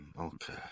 Okay